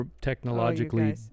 technologically